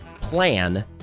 plan